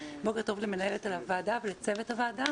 בוקר טוב למנהלת הוועדה ולצוות הוועדה,